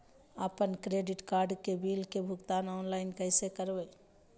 अपन credit card के bill के भुगतान ऑनलाइन कैसे करबैय?